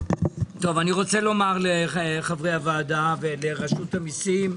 אני רוצה לומר לחברי הוועדה ולרשות המיסים.